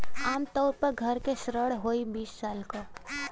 आम तउर पर घर के ऋण होइ बीस साल क